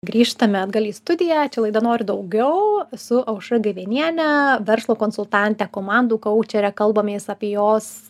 grįžtame atgal į studiją čia laida noriu daugiau su aušra gaiveniene verslo konsultante komandų koučere kalbamės apie jos